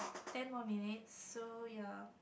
ten more minutes so ya